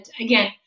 again